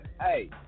Hey